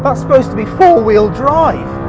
but supposed to be four-wheel drive.